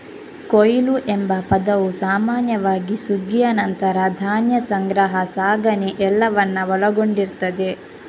ಕೊಯ್ಲು ಎಂಬ ಪದವು ಸಾಮಾನ್ಯವಾಗಿ ಸುಗ್ಗಿಯ ನಂತರ ಧಾನ್ಯ ಸಂಗ್ರಹ, ಸಾಗಣೆ ಎಲ್ಲವನ್ನ ಒಳಗೊಂಡಿರ್ತದೆ